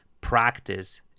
Practice